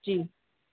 जी